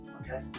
okay